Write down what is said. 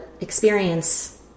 experience